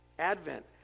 Advent